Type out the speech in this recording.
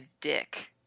dick